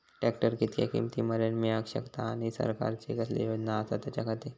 Tractor कितक्या किमती मरेन मेळाक शकता आनी सरकारचे कसले योजना आसत त्याच्याखाती?